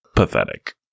Pathetic